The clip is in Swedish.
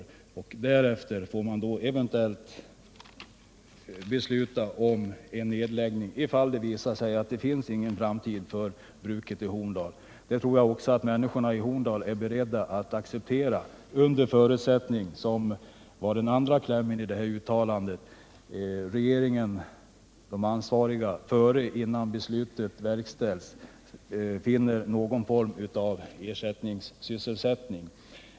Därefter får man eventuellt besluta om en nedläggning om det visar sig att det inte finns någon framtid för bruket i Horndal. Det tror jag också att människorna i Horndal är beredda att acceptera under förutsättning att regeringen, de ansvariga, innan beslutet verkställs finner någon form av ersättningssysselsättning.